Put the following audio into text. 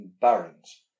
barons